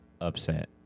upset